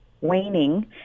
waning